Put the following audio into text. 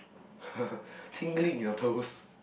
tingling in your toes